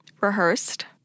rehearsed